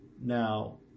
Now